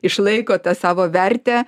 išlaiko tą savo vertę